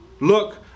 Look